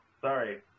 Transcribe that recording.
sorry